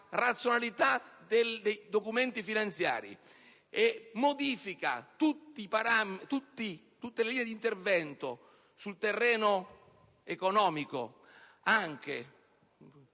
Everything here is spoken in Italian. razionalità dei documenti finanziari modificando tutte le linee di intervento sul terreno economico, anche